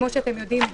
כמו שאתם יודעים,